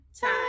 time